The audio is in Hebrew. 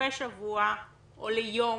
לסופי שבוע או ליום,